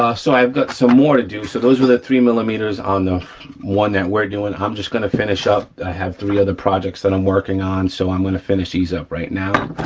ah so i've got some more to do. so those were the three millimeters on the one that we're doing. i'm just gonna finish up, i have three other projects that i'm working on, so i'm gonna finish these up right now.